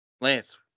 Lance